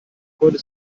konnte